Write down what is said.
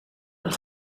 een